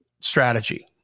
strategy